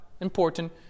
important